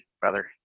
brother